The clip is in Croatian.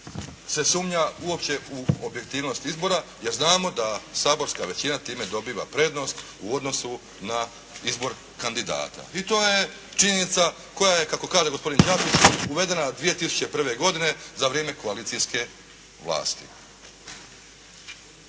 se sumnja uopće u objektivnost izbora jer znamo da saborska većina time dobiva prednost u odnosu na izbor kandidata. I to je činjenica koja je, kako kaže gospodin … /Govornik se ne razumije./ … uvedena 2001. godine za vrijeme koalicijske vlasti.